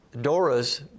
Dora's